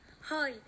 Hi